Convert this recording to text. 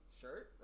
shirt